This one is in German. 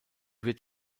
wird